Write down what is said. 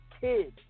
kids